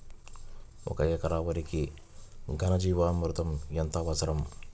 ఒక ఎకరా వరికి ఘన జీవామృతం ఎంత అవసరం?